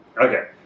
okay